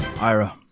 Ira